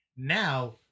Now